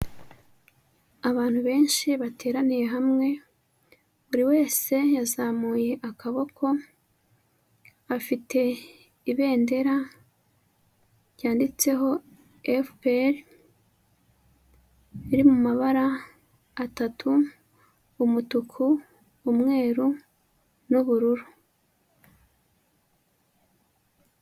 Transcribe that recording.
Abantu benshi bateraniye hamwe buri wese yazamuye akaboko, afite ibendera ryanditseho Efuperi riri mu mabara atatu, umutuku, umweru n'ubururu.